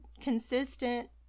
consistent